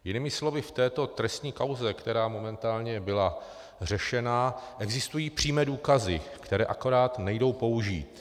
Jinými slovy, v této trestní kauze, která momentálně byla řešena, existují přímé důkazy, které akorát nejdou použít.